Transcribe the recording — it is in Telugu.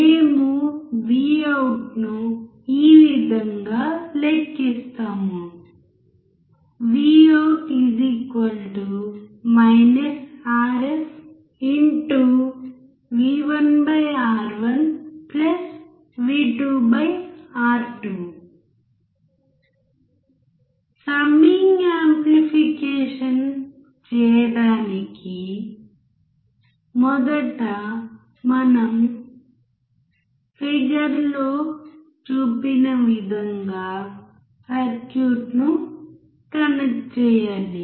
మేము Vout ఈ విధంగా లెక్కిస్తాము సమ్మింగ్ యాంప్లిఫికేషన్ చేయడానికి మొదట మనం ఫిగర్లో చూపిన విధంగా సర్క్యూట్ను కనెక్ట్ చేయాలి